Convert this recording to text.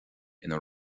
ina